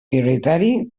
prioritari